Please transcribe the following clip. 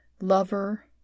lover